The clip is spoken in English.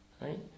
right